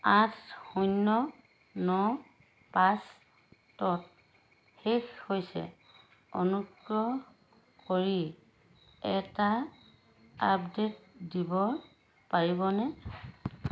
আঠ শূন্য ন পাঁচত শেষ হৈছে অনুগ্ৰহ কৰি এটা আপডেট দিব পাৰিবনে